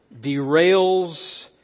derails